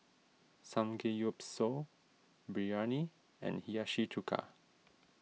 Samgeyopsal Biryani and Hiyashi Chuka